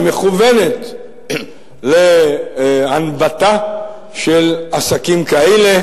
היא מכוונת להנבטה של עסקים כאלה,